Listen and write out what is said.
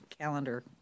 calendar